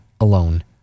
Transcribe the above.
alone